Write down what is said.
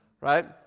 right